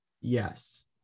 Yes